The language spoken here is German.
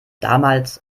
damals